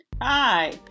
Hi